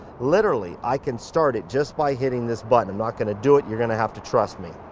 literally, i can start it just by hitting this button. i'm not going to do it. you're gonna have to trust me.